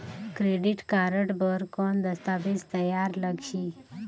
Credit card बर कौन दस्तावेज तैयार लगही?